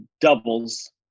doubles